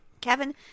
Kevin